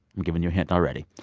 i'm giving you a hint already.